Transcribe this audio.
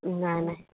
ନାହିଁ ନାହିଁ